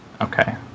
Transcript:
Okay